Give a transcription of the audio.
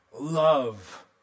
love